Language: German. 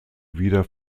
wieder